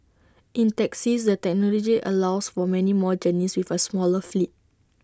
in taxis the technology allows for many more journeys with A smaller fleet